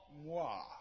moi